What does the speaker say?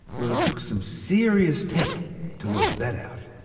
well it took some serious tech to work that out.